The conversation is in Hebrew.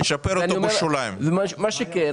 מה שכן,